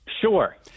Sure